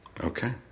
Okay